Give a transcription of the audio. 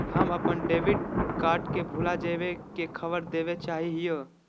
हम अप्पन debit card के भुला जाये के खबर देवे चाहे हियो